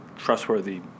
trustworthy